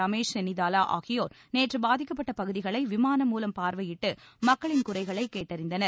ரமேஷ் சென்னிதவா ஆகியோர் நேற்று பாதிக்கப்பட்ட பகுதிகளை விமானம் மூலம் பார்வையிட்டு மக்களின் குறைகளை கேட்டறிந்தனர்